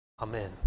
Amen